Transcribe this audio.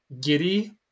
giddy